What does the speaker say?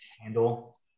handle